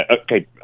okay